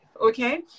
okay